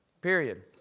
Period